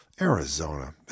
Arizona